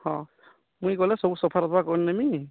ହଁ ମୁଇଁ ଗଲେ ସବୁ ସଫା ରଫା କରି ନେବି